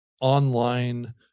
online